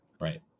Right